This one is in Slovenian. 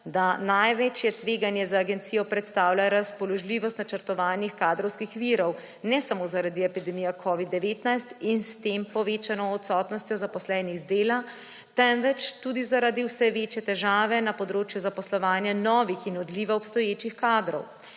da največje tveganje za agencijo predstavlja razpoložljivost načrtovanih kadrovskih virov, ne samo zaradi epidemije covida-19 in s tem povečane odsotnosti zaposlenih z dela, temveč tudi zaradi vse večje težave na področju zaposlovanja novih in odliva obstoječih kadrov.